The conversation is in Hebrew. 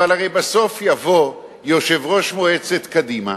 אבל הרי בסוף יבוא יושב-ראש מועצת קדימה